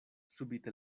subite